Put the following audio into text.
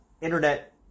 internet